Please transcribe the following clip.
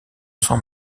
sans